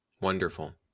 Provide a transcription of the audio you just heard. Wonderful